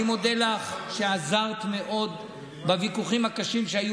אני מודה לך שעזרת מאוד בוויכוחים שהיו,